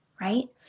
right